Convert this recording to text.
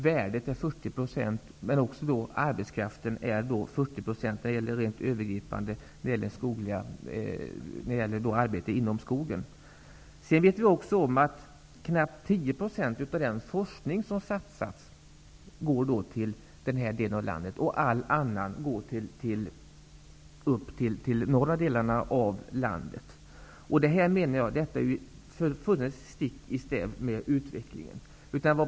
Värdet är 40 %, men också arbetskraften uppgår till 40 % när det gäller rent övergripande arbeten inom skogen. Vi vet också att knappt 10 % av satsad forskning går till denna del av landet och att all annan forskning går till de norra delarna av landet. Detta går ju fullständigt stick i stäv med utvecklingen.